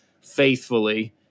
faithfully